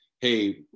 Hey